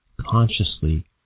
consciously